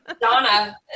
Donna